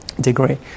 degree